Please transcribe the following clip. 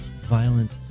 violent